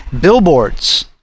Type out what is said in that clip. billboards